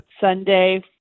Sunday